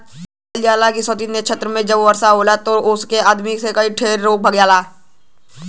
कहल जाला स्वाति नक्षत्र मे जब वर्षा होला तब ओसे आदमी के कई ठे रोग भाग जालन